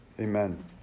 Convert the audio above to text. amen